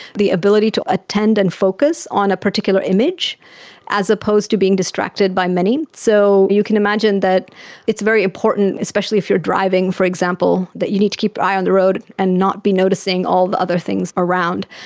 the ability to attend and focus on a particular image as opposed to being distracted by many. so you can imagine that it's very important, especially if you're driving, for example, that you need to keep your eye on the road and not be noticing all the other things around,